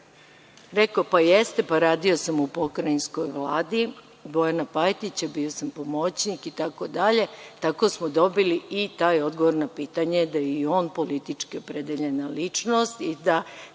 rekao – pa, jeste, pa radio sam u pokrajinskoj vladi Bojana Pajtića, bio sam pomoćnik, itd. Tako smo dobili i taj odgovor na pitanje da je i on politički opredeljena ličnost i da